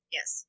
Yes